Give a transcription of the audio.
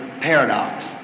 paradox